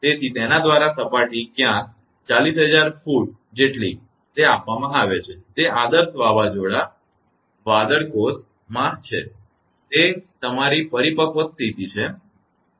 તેથી તેના દ્વારા સપાટી ક્યાંક 40000 feetફુટ જેટલી છે તે આપવામાં આવે છે તે આદર્શ વાવાઝોડાં વાદળ કોષમાં છે તે તમારી પરિપક્વ સ્થિતી છે